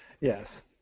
Yes